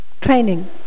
training